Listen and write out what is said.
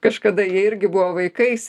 kažkada jie irgi buvo vaikais